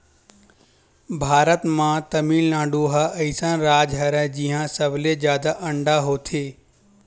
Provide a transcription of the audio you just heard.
भारत म तमिलनाडु ह अइसन राज हरय जिंहा सबले जादा अंडा होथे